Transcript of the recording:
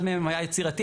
אחד מהם היה יצירתי,